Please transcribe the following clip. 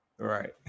Right